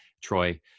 Troy